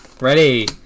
Ready